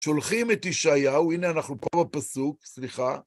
שולחים את ישעיהו, הנה אנחנו פה בפסוק, סליחה.